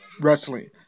wrestling